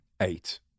eight